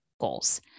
goals